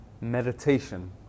Meditation